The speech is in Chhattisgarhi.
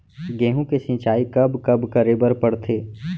गेहूँ के सिंचाई कब कब करे बर पड़थे?